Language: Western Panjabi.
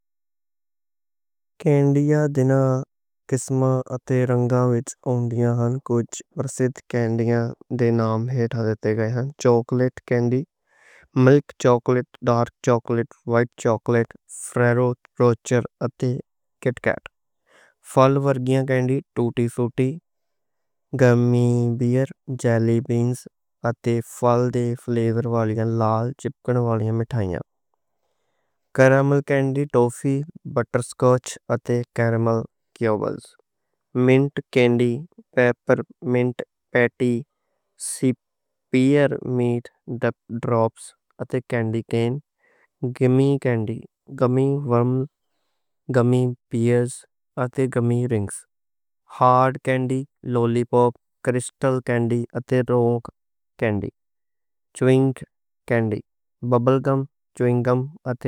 کئی قسمیں تے رنگاں وچ آؤندے نیں۔ چاکلیٹ کینڈی، وائٹ چاکلیٹ، ملک چاکلیٹ، فریرو روشے تے کِٹ کیٹ۔ پھل فلیور، ٹوٹی فروٹی تے جیلی بینز۔ کارامل، ٹافی، بٹر سکاچ تے کارامل کیوبز۔ پیپرمنٹ، سپئیرمنٹ ڈراپس تے کینڈی کین۔ گمی کینڈی، گمی ورم تے گمی رنگز۔ ہارڈ کینڈی، لالی پاپ، کرسٹل کینڈی تے راک کینڈی۔ ببل گم تے چیونگ گم۔